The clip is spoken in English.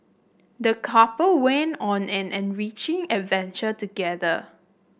the couple went on an enriching adventure together